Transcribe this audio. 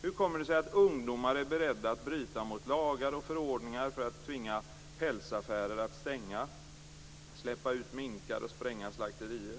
· Hur kommer det sig att ungdomar är beredda att bryta mot lagar och förordningar för att tvinga pälsaffärer att stänga eller för att släppa ut minkar och spränga slakterier?